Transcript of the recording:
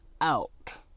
Out